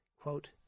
Quote